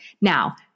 Now